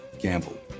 gamble